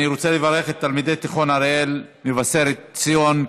אני רוצה לברך את תלמידי תיכון הראל ממבשרת ציון,